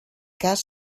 cas